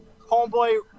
homeboy